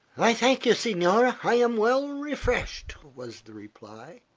i thank you, signore, i am well refreshed, was the reply.